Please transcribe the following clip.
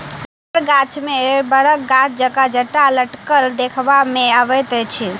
रबड़ गाछ मे बड़क गाछ जकाँ जटा लटकल देखबा मे अबैत अछि